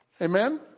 Amen